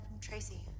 Tracy